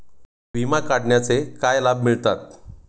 विमा काढण्याचे काय लाभ मिळतात?